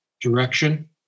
direction